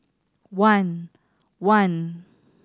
one one